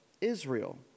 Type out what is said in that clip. Israel